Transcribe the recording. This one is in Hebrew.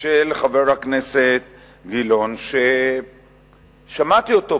של חבר הכנסת גילאון, ששמעתי אותו פה.